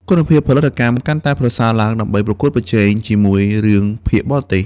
គុណភាពផលិតកម្ម កាន់តែប្រសើរឡើងដើម្បីប្រកួតប្រជែងជាមួយរឿងភាគបរទេស។